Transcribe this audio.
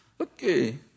Okay